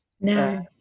No